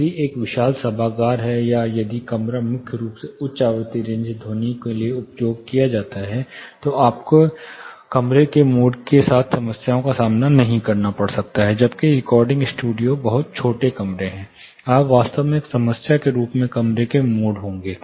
यदि यह एक विशाल सभागार है या यदि कमरा मुख्य रूप से उच्च आवृत्ति रेंज ध्वनियों के लिए उपयोग किया जाता है तो आपको कमरे के मोड के साथ समस्याओं का सामना नहीं करना पड़ सकता है जबकि रिकॉर्डिंग स्टूडियो बहुत छोटे कमरे हैं आप वास्तव में एक समस्या के रूप में कमरे के मोड होंगे